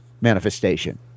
manifestation